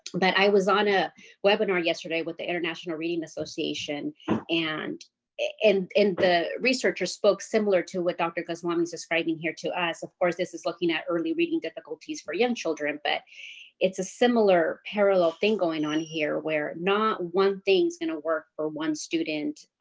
but i was on a webinar yesterday with the international reading association and and the researcher spoke similar to what dr. goswami's describing here to us. of course, this is looking at early reading difficulties for young children, but it's a similar parallel thing going on here where not one thing is going to work for one student